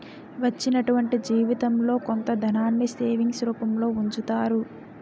వచ్చినటువంటి జీవితంలో కొంత ధనాన్ని సేవింగ్స్ రూపంలో ఉంచుతారు